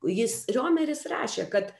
jis riomeris rašė kad